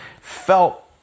felt